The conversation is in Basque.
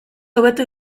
hobetu